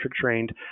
trained